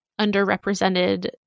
underrepresented